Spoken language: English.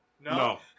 No